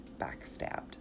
Backstabbed